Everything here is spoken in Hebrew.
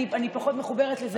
אני פחות מחוברת לזה.